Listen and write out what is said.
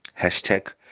hashtag